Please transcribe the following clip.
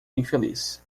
infeliz